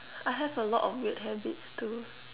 I have a lot of weird habits too